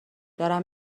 دارم